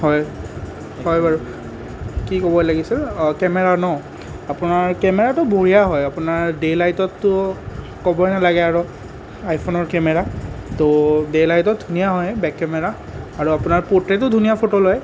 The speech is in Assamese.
হয় হয় বাৰু কি ক'ব লাগিছিল অঁ কেমেৰা ন আপোনাৰ কেমেৰাটো বঢ়িয়া হয় আপোনাৰ দে লাইটত তো ক'বই নালাগে আৰু আইফোনৰ কেমেৰা তো দে লাইটত ধুনীয়া হয় বেক কেমেৰা আৰু আপোনাৰ প'ৰ্টেইটো ধুনীয়া ফটো লয়